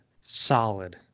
solid